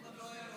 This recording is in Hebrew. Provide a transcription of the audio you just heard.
לרוטמן לא היה,